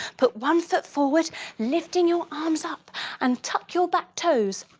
put one foot forward lifting your arms up and tuck your back toes